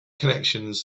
connections